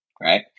right